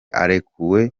arekuwe